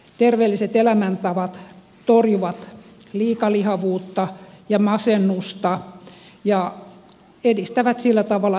terveelliset elämäntavat torjuvat liikalihavuutta ja masennusta ja edistävät sillä tavalla työkykyä